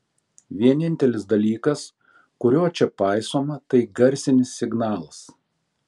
vienintelis dalykas kurio čia paisoma tai garsinis signalas